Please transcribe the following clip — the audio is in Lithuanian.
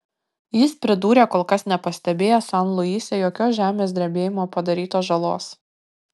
jis pridūrė kol kas nepastebėjęs san luise jokios žemės drebėjimo padarytos žalos